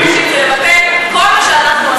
בארבעה חודשים זה לבטל כל מה שאנחנו עשינו.